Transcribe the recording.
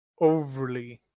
overly